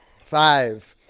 Five